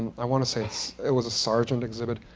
i want to say so it was a sargent exhibit.